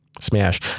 Smash